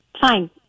Fine